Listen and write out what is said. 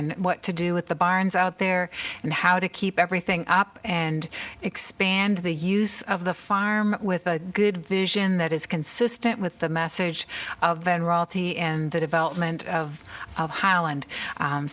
and what to do with the barns out there and how to keep everything up and expand the use of the farm with a good vision that is consistent with the message of then royalty and the development of highland